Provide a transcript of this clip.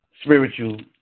spiritual